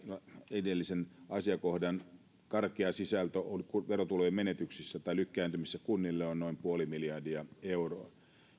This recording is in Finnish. edellisen asiakohdan karkea sisältö verotulojen menetyksissä tai lykkääntymisissä kunnille on noin puoli miljardia euroa